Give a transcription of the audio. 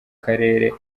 karere